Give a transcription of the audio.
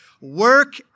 work